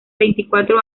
veinticuatro